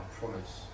promise